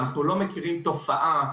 אנחנו לא מכירים תופעה,